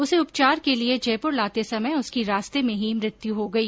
उसे उपचार के लिये जयपुर लाते समय उसकी रास्ते में ही मृत्यु हो गई